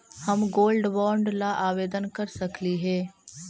हम gold bond ला आवेदन कर सकली हे?